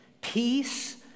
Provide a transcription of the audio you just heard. peace